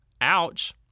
Ouch